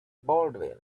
baldwin